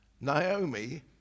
Naomi